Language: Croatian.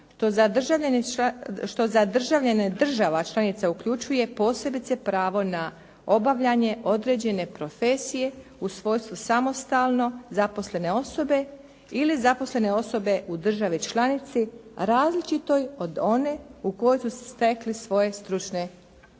što za državljane država članica uključuje posebice pravo na obavljanje određene profesije u svojstvu samostalno zaposlene osobe ili zaposlene osobe u državi članici različitoj od one u kojoj su stekli svoje stručne